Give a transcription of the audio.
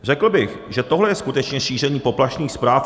Řekl bych, že tohle je skutečně šíření poplašných zpráv.